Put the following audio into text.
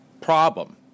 problem